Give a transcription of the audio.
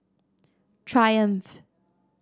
triumph